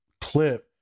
clip